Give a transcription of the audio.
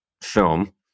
film